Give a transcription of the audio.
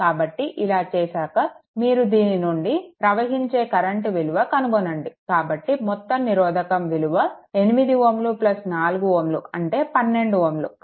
కాబట్టి ఇలా చేశాక ఇప్పుడు మీరు దీని నుండి ప్రవహించే కరెంట్ విలువ కనుగొనండి కాబట్టి మొత్తం నిరోధకం విలువ 8 Ω 4 Ω అంటే 12 Ω